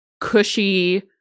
cushy